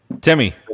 Timmy